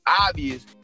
obvious